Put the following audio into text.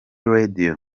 radio